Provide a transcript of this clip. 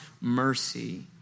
mercy